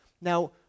Now